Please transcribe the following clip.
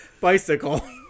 bicycle